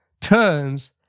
turns